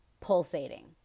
pulsating